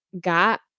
got